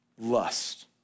lust